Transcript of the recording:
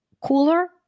cooler